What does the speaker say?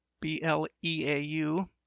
B-L-E-A-U